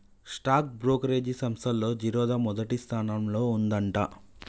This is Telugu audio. స్టాక్ బ్రోకరేజీ సంస్తల్లో జిరోదా మొదటి స్థానంలో ఉందంట